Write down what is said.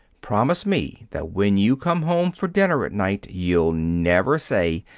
promise me that when you come home for dinner at night, you'll never say,